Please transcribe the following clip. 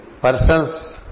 persons